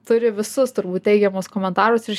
turi visus turbūt teigiamus komentarus ir